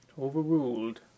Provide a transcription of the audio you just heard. Overruled